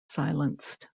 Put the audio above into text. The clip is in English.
silenced